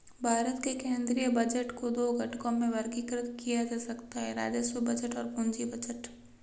भारत के केंद्रीय बजट को दो घटकों में वर्गीकृत किया जा सकता है राजस्व बजट और पूंजी बजट